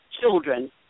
children